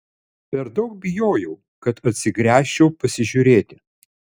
per daug bijojau kad atsigręžčiau pasižiūrėti